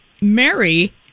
Mary